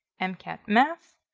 and mcat math,